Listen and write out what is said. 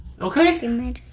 Okay